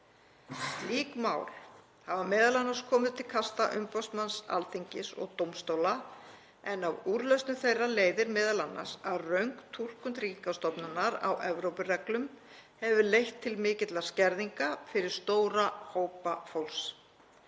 Slík mál hafa m.a. komið til kasta umboðsmanns Alþingis og dómstóla, en af úrlausnum þeirra leiðir m.a. að röng túlkun Tryggingastofnunar á Evrópureglum hefur leitt til mikilla skerðinga fyrir stóra hópa fólks.